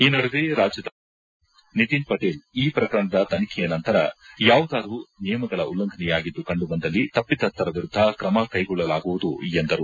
ಈ ನಡುವೆ ರಾಜ್ಯದ ಉಪಮುಖ್ಖಮಂತ್ರಿ ನಿತಿನ್ ಪಟೇಲ್ ಈ ಪ್ರಕರಣದ ತನಿಖೆಯ ನಂತರ ಯಾವುದಾದರೂ ನಿಯಮಗಳ ಉಲ್ಲಂಘನೆಯಾಗಿದ್ದು ಕಂಡುಬಂದಲ್ಲಿ ತಪ್ಪಿತಸ್ವರ ವಿರುದ್ದ ಕ್ರಮ ಕೈಗೊಳ್ಳಲಾಗುವುದು ಎಂದರು